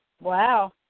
Wow